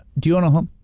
do you own a home?